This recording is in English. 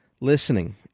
listening